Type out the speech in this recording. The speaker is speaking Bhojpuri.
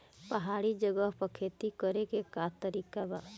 पहाड़ी जगह पर खेती करे के का तरीका बा?